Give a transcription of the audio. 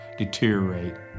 deteriorate